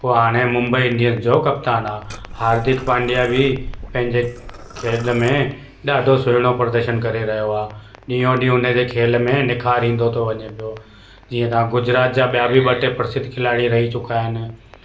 उहो हाणे मुंबई इंडियन्स जो कप्तान आहे हार्दिक पांडया बि पंहिंजे खेल में ॾाढो सुहिणो प्रदर्शन करे रहियो आहे ॾींहों ॾींहं हुनजे खेल में निखार ईंदो थो वञे पियो जीअं तव्हां गुजरात जा ॿिया बि ॿ टे प्रसिद्ध खिलाड़ी रही चुका आहिनि